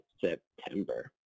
September